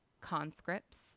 conscripts